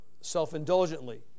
self-indulgently